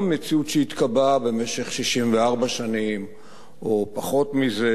מציאות שהתקבעה במשך 64 שנים או פחות מזה,